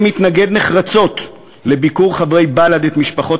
אני מתנגד נחרצות לביקור חברי בל"ד את משפחות